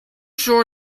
sure